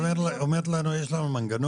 בקיצור את אומרת לנו שיש לכם מנגנון,